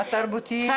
התרבותיים,